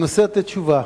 ננסה לתת תשובה.